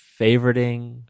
favoriting